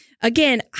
again